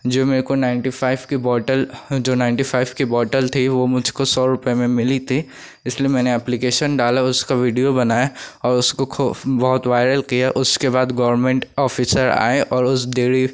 जो मेरे को नाइनटी फाइव की बोटल जो नाइनटी फाइव की बोटल थी वह मुझको सौ रुपये में मिली थी इसलिए मैंने एप्लीकेशन डाला उसका विडियो बनाया और उसको खो बहुत वायरल किया उसके बाद गोरमेंट ऑफिसर आए और उस डेरी